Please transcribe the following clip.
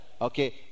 Okay